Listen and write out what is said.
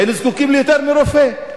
היינו זקוקים ליותר מרופא,